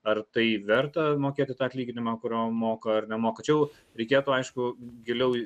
ar tai verta mokėti tą atlyginimą kurio moka ar nemoka čia jau reikėtų aišku giliau į